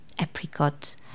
apricot